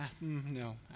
No